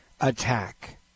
attack